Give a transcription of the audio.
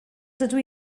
dydw